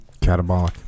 Catabolic